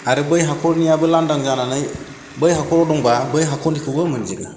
आरो बै हाखरनिआबो लांदां जानानै बै हाखराव दंबा बै हाखरनिखौबो मोनजोबो